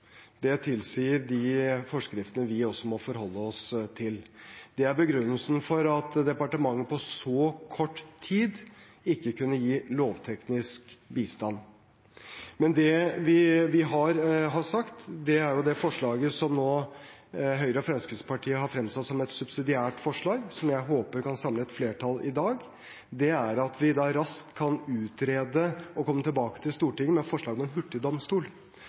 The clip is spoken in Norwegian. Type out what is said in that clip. Det tilsier de forskriftene vi også må forholde oss til. Det er begrunnelsen for at departementet på så kort tid ikke kunne gi lovteknisk bistand. Men det vi har sagt, gjennom det forslaget som Høyre og Fremskrittspartiet nå har fremsatt som et subsidiært forslag, og som jeg håper kan samle et flertall i dag, er at vi raskt kan utrede og komme tilbake til Stortinget med et forslag om en